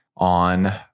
On